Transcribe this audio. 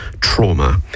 trauma